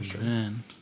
man